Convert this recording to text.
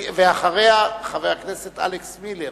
ואחריה, חבר הכנסת אלכס מילר,